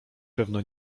pewno